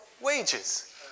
wages